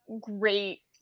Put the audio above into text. great